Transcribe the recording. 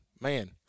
Man